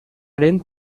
didn’t